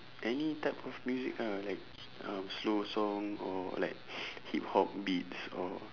any type of music ah like um slow song or like hip-hop beats or